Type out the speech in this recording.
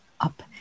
up